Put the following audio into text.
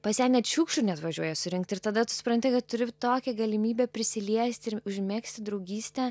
pas ją net šiukšlių neatvažiuoja surinkti ir tada supranti kad turi tokią galimybę prisiliesti ir užmegzti draugystę